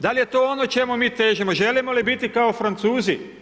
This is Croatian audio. Dal' je to ono čemu mi težimo, želimo li biti kao Francuzi?